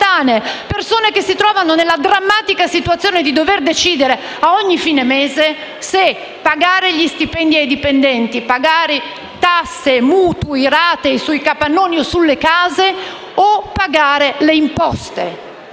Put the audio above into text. fine mese si trovano nella drammatica situazione di dover decidere se pagare gli stipendi ai dipendenti, se pagare tasse, mutui, rate sui capannoni o sulle case o se pagare le imposte.